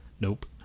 Nope